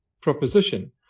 proposition